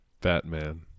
Batman